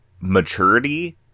maturity